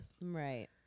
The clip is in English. Right